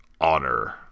...honor